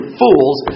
fools